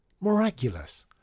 Miraculous